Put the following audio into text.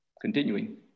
continuing